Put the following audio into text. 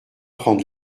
prendre